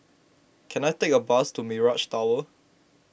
can I take a bus to Mirage Tower